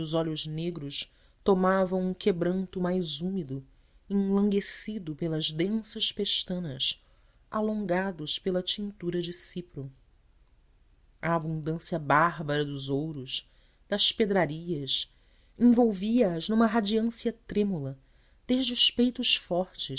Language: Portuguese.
olhos negros tomavam um quebranto mais úmido enlanguescidos pelas densas pestanas alongados pela tintura de cipro a abundância bárbara dos ouros das pedrarias envolvi as numa radiância trêmula desde os peitos fortes